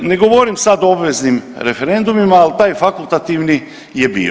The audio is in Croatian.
Ne govorim sad o obveznim referendumima, ali taj fakultativni je bio.